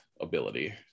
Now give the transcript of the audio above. ability